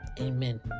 amen